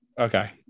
Okay